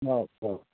okay okay